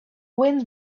wind